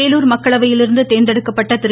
வேலூர் மக்களவையிலிருந்து தேர்ந்தெடுக்கப்பட்ட திரு